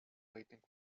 waiting